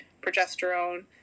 progesterone